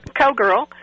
cowgirl